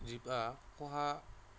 जिबा खहा